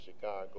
Chicago